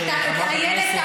איילת,